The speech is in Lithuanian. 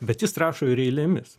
bet jis rašo ir eilėmis